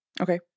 Okay